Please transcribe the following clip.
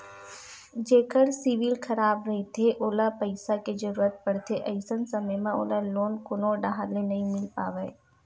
जेखर सिविल खराब रहिथे ओला पइसा के जरूरत परथे, अइसन समे म ओला लोन कोनो डाहर ले नइ मिले पावय